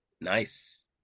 Nice